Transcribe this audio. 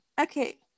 Okay